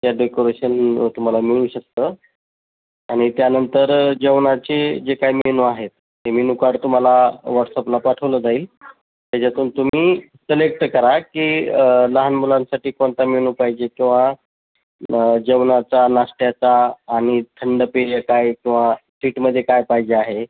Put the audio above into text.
त्या डेकोरेशन तुम्हाला मिळू शकतं आणि त्यानंतर जेवणाचे जे काय मेनू आहेत ते मेनू कार तुम्हाला व्हॉट्सअपला पाठवलं जाईल त्याच्यातून तुम्ही सिलेक्ट करा की लहान मुलांसाठी कोणता मेनू पाहिजे किंवा जेवणाचा नाश्त्याचा आणि थंड पेय काय किंवा स्वीटमध्ये काय पाहिजे आहे